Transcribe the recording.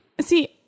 see